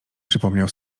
przypomniał